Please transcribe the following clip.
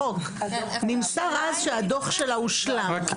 נמסר אז שהדוח שלה הושלם.